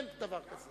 אין דבר כזה.